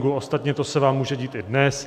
Ostatně to se vám může dít i dnes.